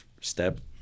step